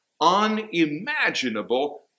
unimaginable